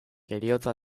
heriotza